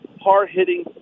hard-hitting